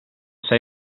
sei